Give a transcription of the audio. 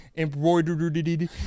Embroidered